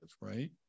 right